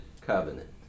covenant